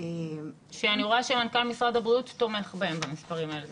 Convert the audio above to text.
--- שאני רואה שמנכ"ל משרד הבריאות תומך במספרים האלה,